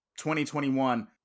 2021